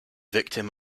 victim